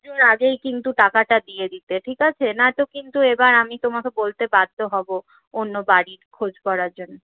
পুজোর আগেই কিন্তু টাকাটা দিয়ে দিতে ঠিক আছে নয়তো কিন্তু এবার আমি তোমাকে বলতে বাধ্য হবো অন্য বাড়ির খোঁজ করার জন্য